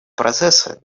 процессы